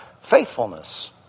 Faithfulness